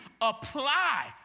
apply